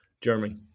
Jeremy